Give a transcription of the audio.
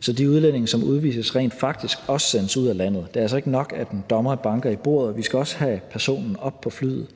så de udlændinge, som udvises, rent faktisk også sendes ud af landet. Det er altså ikke nok, at en dommer banker i bordet; vi skal også have personen op i flyet.